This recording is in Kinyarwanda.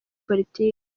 politiki